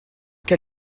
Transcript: quel